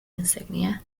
insignia